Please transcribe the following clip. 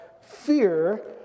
fear